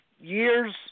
years